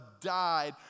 died